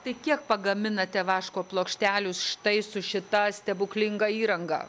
tai kiek pagaminate vaško plokštelių štai su šita stebuklinga įranga